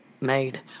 made